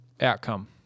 outcome